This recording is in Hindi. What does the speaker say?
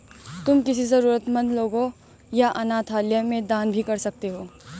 तुम किसी जरूरतमन्द लोगों या अनाथालय में दान भी कर सकते हो